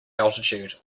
altitude